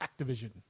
Activision